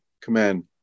command